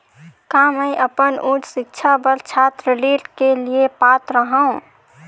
का मैं अपन उच्च शिक्षा बर छात्र ऋण के लिए पात्र हंव?